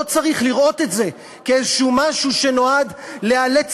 לא צריך לראות את זה כאיזשהו משהו שנועד לאלץ